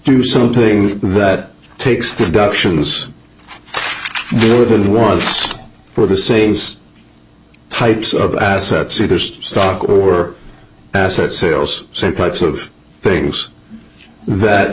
do something that takes the options within one for the same types of assets superstock were asset sales same types of things that